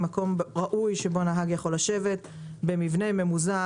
מקום ראוי שבו הנהג יכול לשבת במבנה ממוזג,